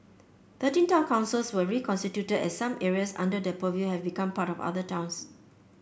thirteen town councils were reconstituted as some areas under their purview have become part of other towns